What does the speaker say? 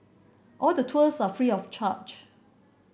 all the tours are free of charge